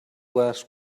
last